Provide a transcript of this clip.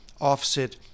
offset